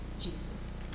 Jesus